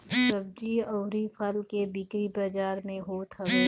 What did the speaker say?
सब्जी अउरी फल के बिक्री बाजारी में होत हवे